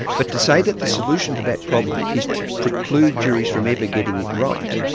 but to say that the solution to that problem is to preclude juries from ever getting it right,